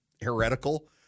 heretical